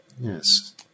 Yes